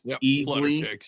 easily